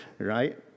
Right